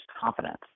confidence